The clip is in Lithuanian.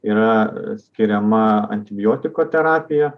yra skiriama antibiotiko terapija